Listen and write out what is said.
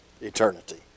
eternity